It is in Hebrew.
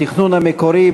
בתכנון המקורי,